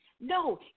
No